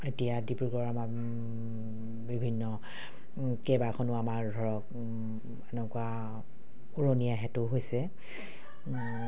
এতিয়া ডিব্ৰুগড় আমাৰ বিভিন্ন কেইবাখনো আমাৰ ধৰক এনেকুৱা উৰণীয়া সেঁতু হৈছে